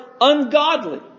ungodly